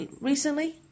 recently